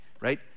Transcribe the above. right